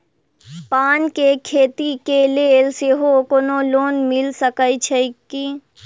पान केँ खेती केँ लेल सेहो कोनो लोन मिल सकै छी की?